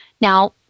Now